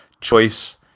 choice